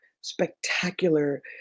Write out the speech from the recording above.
spectacular